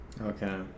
okay